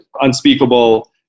unspeakable